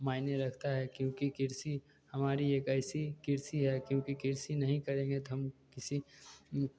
मायने रखता है क्योंकि कृषि हमारी एक ऐसी कृषि है क्योंकि कृषि नहीं करेंगे तो हम किसी